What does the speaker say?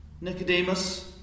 Nicodemus